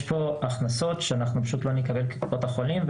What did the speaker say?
יש פה הכנסות שאנחנו בקופות החולים פשוט לא נקבל,